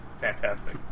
Fantastic